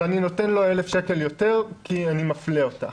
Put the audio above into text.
והוא נותן לו 1,000 שקלים יותר כי הוא מפלה אותה.